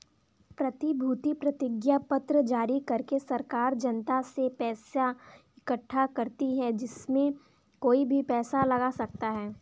प्रतिभूति प्रतिज्ञापत्र जारी करके सरकार जनता से पैसा इकठ्ठा करती है, इसमें कोई भी पैसा लगा सकता है